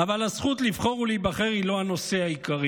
אבל הזכות לבחור ולהיבחר היא לא הנושא העיקרי.